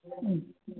ഹമ്